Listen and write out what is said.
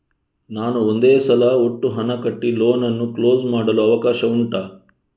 ನಾನು ಒಂದೇ ಸಲ ಒಟ್ಟು ಹಣ ಕಟ್ಟಿ ಲೋನ್ ಅನ್ನು ಕ್ಲೋಸ್ ಮಾಡಲು ಅವಕಾಶ ಉಂಟಾ